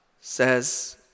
says